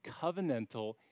covenantal